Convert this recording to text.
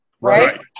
right